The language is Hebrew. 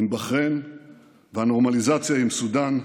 עם בחריין והנורמליזציה עם סודאן,